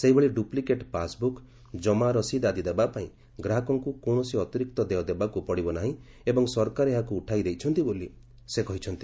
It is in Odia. ସେହିଭଳି ଡୁପ୍ଲିକେଟ୍ ପାସ୍ବୁକ୍ କମା ରସିଦ୍ ଆଦି ଦେବା ପାଇଁ ଗ୍ରାହକଙ୍କୁ କୌଣସି ଅତିରିକ୍ତ ଦେୟ ଦେବାକୁ ପଡ଼ିବ ନାହିଁ ଏବଂ ସରକାର ଏହାକୁ ଉଠାଇ ଦେଇଛନ୍ତି ବୋଲି ସେ କହିଛନ୍ତି